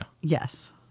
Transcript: Yes